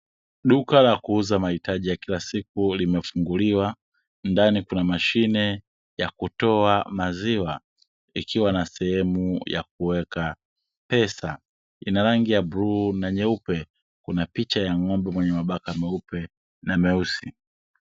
Duka la kuuza mahitaji ya kila siku limefunguliwa, ndani kuna mashine ya kutoa maziwa ikiwa na sehemu ya kuweka pesa, ina rangi ya bluu na nyeupe, kuna picha ya ng'ombe mwenye mabaka meupe na meusi.